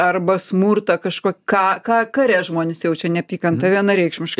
arba smurtą kažko ką ką kare žmonės jaučia neapykantą vienareikšmiškai